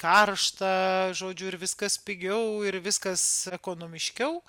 karšta žodžiu ir viskas pigiau ir viskas ekonomiškiau